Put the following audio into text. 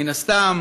מן הסתם